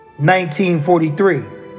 1943